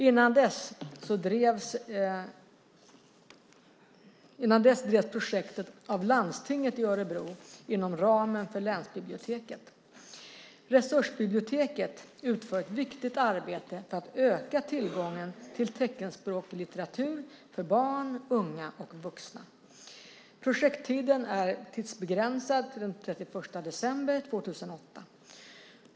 Innan dess drevs projektet av landstinget i Örebro inom ramen för länsbiblioteket. Resursbiblioteket utför ett viktigt arbete för att öka tillgången till teckenspråkig litteratur för barn, unga och vuxna. Projekttiden är tidsbegränsad till den 31 december 2008.